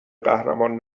قهرمان